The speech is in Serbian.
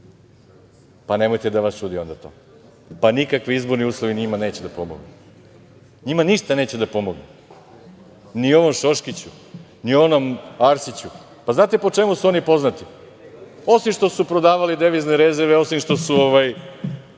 nemojte onda da vas čudi to. Pa, nikakvi izborni uslovi neće njima da pomognu, njima ništa neće da pomogne, ni onom Šoškiću, ni onom Arsiću. Pa, znate po čemu su oni poznati? Osim što su prodavali devizne rezerve, osim što je